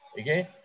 okay